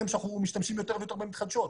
אנחנו נגיע למצב יותר נכון, במיוחד בשלב הראשון